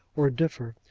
or differ.